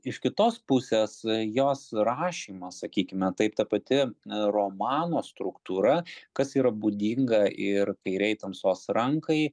iš kitos pusės jos rašymas sakykime taip ta pati romano struktūra kas yra būdinga ir kairei tamsos rankai